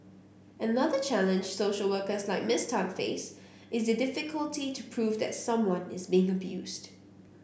another challenge social workers like Miss Tan face is the difficulty to prove that someone is being abused